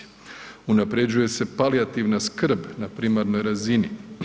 Unapređuje se palijativna skrb na primarnoj razini.